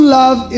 love